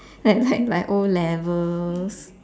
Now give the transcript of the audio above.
like like O levels